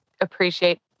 appreciate